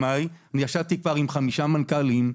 ישבתי כבר עם חמישה מנכ"לים,